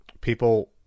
people